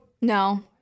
no